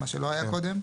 מה שלא היה קודם.